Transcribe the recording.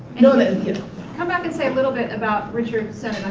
you know and come back and say a little bit about richard sennett.